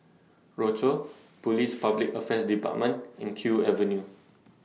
Rochor Police Public Affairs department and Kew Avenue